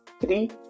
three